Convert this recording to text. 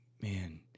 man